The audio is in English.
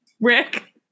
Rick